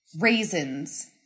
raisins